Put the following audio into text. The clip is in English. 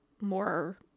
more